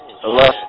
Hello